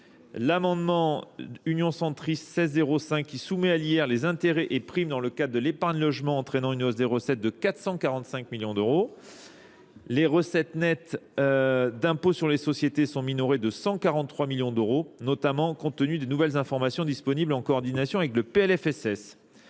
L'amendement union centriste 16.05 qui soumets à l'hier les intérêts et primes dans le cadre de l'épargne de logements entraînant une hausse des recettes de 445 millions d'euros. Les recettes nettes d'impôts sur les sociétés sont minorées de 143 millions d'euros, notamment compte tenu des nouvelles informations disponibles en coordination avec le PLFSS.